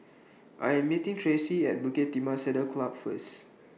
I Am meeting Traci At Bukit Timah Saddle Club First